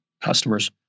customers